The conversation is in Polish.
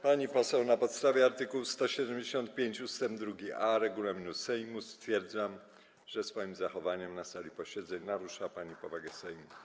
Pani poseł, na podstawie art. 175 ust. 2a regulaminu Sejmu stwierdzam, że swoim zachowaniem na sali posiedzeń narusza pani powagę Sejmu.